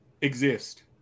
exist